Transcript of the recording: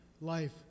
Life